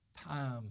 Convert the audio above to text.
time